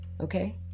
Okay